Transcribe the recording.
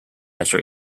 after